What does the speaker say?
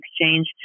Exchange